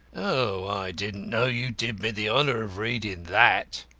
ah, i didn't know you did me the honour of reading that.